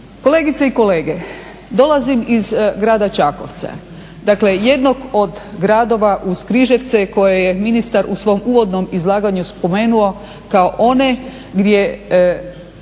Kolegice i kolege dolazim iz Grada Čakovca, dakle jednog od gradova uz Križevce koje je ministar u svom uvodnom izlaganju spomenuo kao one gdje